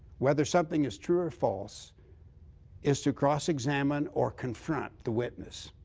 whether something is true or false is to cross examine or confront the witness.